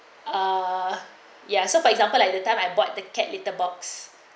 ah ya so for example like the time I bought the cat litter box